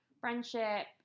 friendship